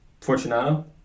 Fortunato